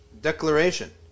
declaration